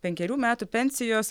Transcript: penkerių metų pensijos